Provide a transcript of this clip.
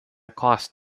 cost